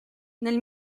nel